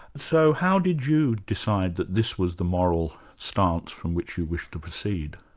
so how did you decide that this was the moral stance from which you wished to proceed?